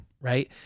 right